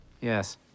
Yes